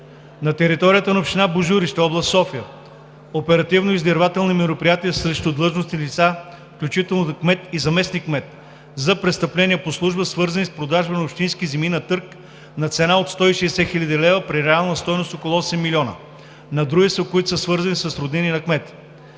на територията на община Божурище, област София –оперативно-издирвателни мероприятия срещу длъжностни лица, включително кмета и заместник-кмета на общината, за престъпления по служба, свързани с продажба на общински земи на търг на обща цена от 160 хил. лв. при реалната им стойност около 8 млн. лв. на дружества, които са свързани с роднини на кмета.